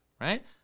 right